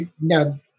Now